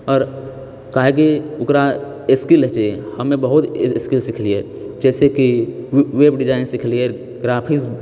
आओर काहेकि ओकरा स्किल होइ छै हमे बहुत स्किल सिखलियै जैसेकी वेभ डिजाइनिङ्ग सिखलियैरऽ ग्राफ़िक्स